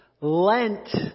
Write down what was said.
Lent